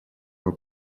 его